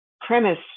premise